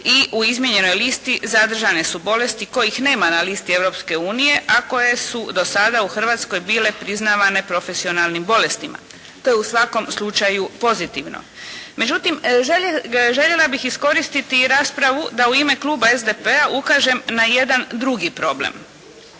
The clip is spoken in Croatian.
i u izmijenjenoj listi zadržane su bolesti kojih nema na listi Europske unije, a koje su do sada u Hrvatskoj bile priznavane profesionalnim bolestima te u svakom slučaju pozitivno. Međutim, željela bih iskoristiti raspravu da u ime kluba SDP-a ukažem na jedan drugi problem.